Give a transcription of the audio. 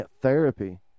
therapy